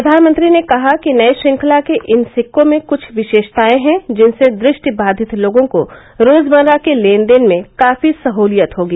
प्रधानमंत्री ने कहा कि नई श्रृंखला के इन सिक्कों में कुछ विशेषताएं हैं जिनसे दृष्टिबाधित लोगों को रोजमर्रा के लेनदेन में काफी सहूलियत होगी